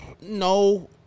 No